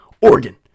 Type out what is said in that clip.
Oregon